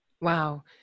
Wow